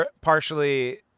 Partially